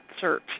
search